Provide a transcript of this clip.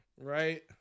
Right